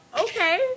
okay